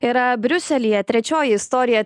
yra briuselyje trečioji istorija